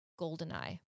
GoldenEye